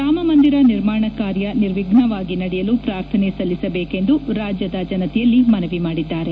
ರಾಮಮಂದಿರ ನಿರ್ಮಾಣ ಕಾರ್ಯ ನಿರ್ವಿಫ್ನವಾಗಿ ನಡೆಯಲು ಪ್ರಾರ್ಥನೆ ಸಲ್ಲಿಸಬೇಕೆಂದು ರಾಜ್ಯದ ಜನತೆಯಲ್ಲಿ ಮನವಿ ಮಾಡಿದ್ದಾರೆ